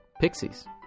pixies